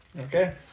Okay